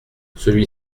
celui